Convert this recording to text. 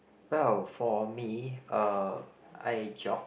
well for me uh I jog